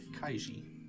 Kaiji